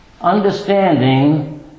understanding